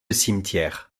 cimetière